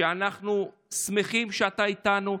שאנחנו שמחים שאתה איתנו,